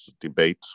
debate